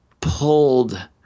pulled